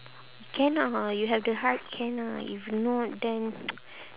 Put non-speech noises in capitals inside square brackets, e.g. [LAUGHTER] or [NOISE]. cannot ha you have the height can ah if not then [NOISE]